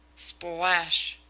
splash!